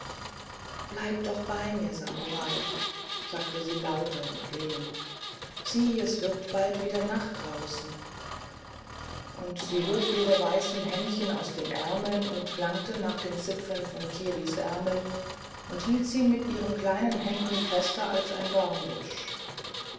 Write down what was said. bleib doch bei mir samurai sagte sie lauter und flehend sieh es wird bald wieder nacht draußen und sie hob ihre weißen händchen aus den ärmeln und langte nach den zipfeln von kiris ärmeln und hielt sie mit ihren kleinen händen fester als ein